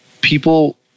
people